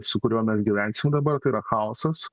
su kuriuo mes gyvensim dabar tai yra chaosas